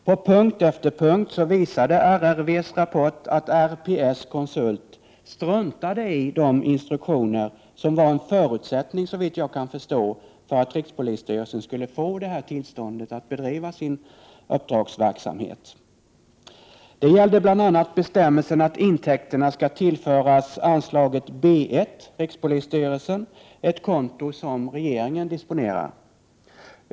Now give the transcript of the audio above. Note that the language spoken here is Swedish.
På punkt efter punkt visade RRV:s rapport att RPS-konsult struntade i de instruktioner som var en förutsättning, såvitt jag kan förstå, för att rikspolisstyrelsen skulle få tillstånd att bedriva uppdragsverksamhet. Det gällde bl.a. bestämmelsen att intäkterna skall tillföras anslaget B 1, rikspolisstyrelsen, ett konto som regeringen disponerar.